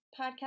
podcast